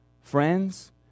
friends